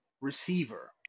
receiver